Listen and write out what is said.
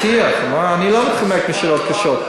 אני לא מתחמק משאלות קשות.